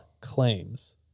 claims